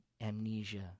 amnesia